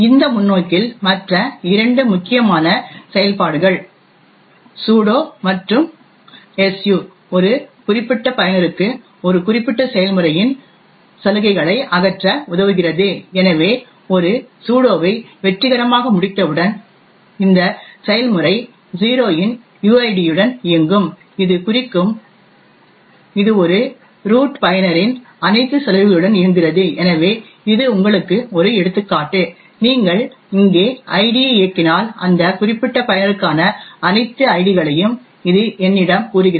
இந்த முன்னோக்கில் மற்ற இரண்டு முக்கியமான செயல்பாடுகள் சூடோ மற்றும் ஸ்யு ஒரு குறிப்பிட்ட பயனருக்கு ஒரு குறிப்பிட்ட செயல்முறையின் சலுகைகளை அகற்ற உதவுகிறது எனவே ஒரு சூடோவை வெற்றிகரமாக முடித்தவுடன் இந்த செயல்முறை 0 இன் யுஐடியுடன் இயங்கும் இது குறிக்கும் இது ஒரு ரூட் பயனரின் அனைத்து சலுகைகளுடன் இயங்குகிறது எனவே இது உங்களுக்கு ஒரு எடுத்துக்காட்டு நீங்கள் இங்கே ஐடியை இயக்கினால் அந்த குறிப்பிட்ட பயனருக்கான அனைத்து ஐடிகளையும் இது என்னிடம் கூறுகிறது